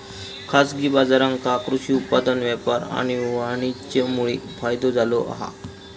खाजगी बाजारांका कृषि उत्पादन व्यापार आणि वाणीज्यमुळे फायदो झालो हा